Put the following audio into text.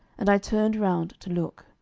and i turned round to look.